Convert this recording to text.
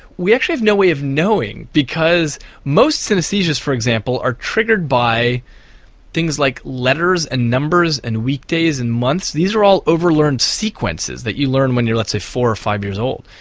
we actually have no way of knowing, because most synesthesias for example are triggered by things like letters and numbers, and weekdays and months these are all overlearned sequences that you learn when you're let's say four or five years old.